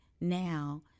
now